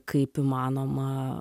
kaip įmanoma